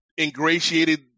ingratiated